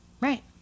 Right